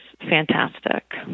fantastic